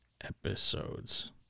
episodes